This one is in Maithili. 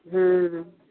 हूँ हूँ